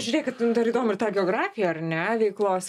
žiūrėkit dar įdomu ir ta geografija ar ne veiklos